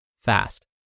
fast